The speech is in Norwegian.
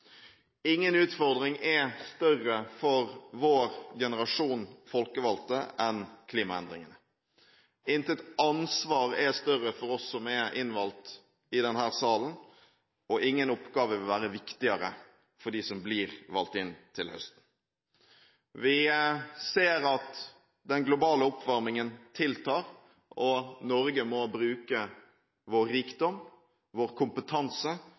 Ingen utfordring er større for vår generasjon folkevalgte enn klimaendringene. Intet ansvar er større for oss som er innvalgt i denne salen, og ingen oppgaver vil være viktigere for dem som blir valgt inn til høsten. Vi ser at den globale oppvarmingen tiltar, og Norge må bruke sin rikdom, kompetanse